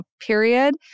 period